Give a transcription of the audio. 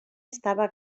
estava